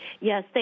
Yes